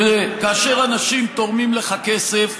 תראה, כאשר אנשים תורמים לך כסף,